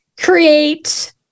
create